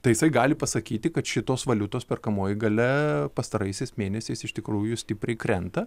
tai jisai gali pasakyti kad šitos valiutos perkamoji galia pastaraisiais mėnesiais iš tikrųjų stipriai krenta